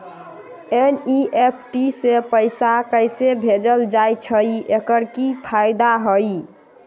NEFT से पैसा कैसे भेजल जाइछइ? एकर की फायदा हई?